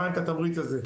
במשטרת לוד יקבלו תמריץ,